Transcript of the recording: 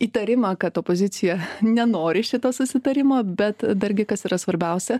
įtarimą kad opozicija nenori šito susitarimo bet dargi kas yra svarbiausia